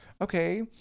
okay